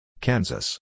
Kansas